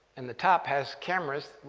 and the top has cameras,